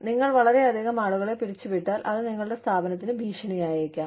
നിങ്ങൾ വളരെയധികം ആളുകളെ പിരിച്ചുവിട്ടാൽ അത് നിങ്ങളുടെ സ്ഥാപനത്തിന് ഭീഷണിയായേക്കാം